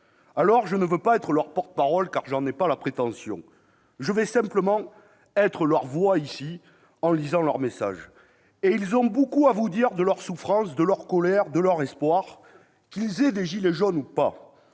Je ne veux pas être leur porte-parole, je n'ai pas cette prétention. Je serai simplement leur voix ici, en lisant leur message. Et ils ont beaucoup à vous dire de leur souffrance, de leur colère, de leurs espoirs, qu'ils portent des gilets jaunes ou pas,